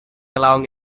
along